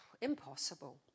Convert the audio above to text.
impossible